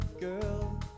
girl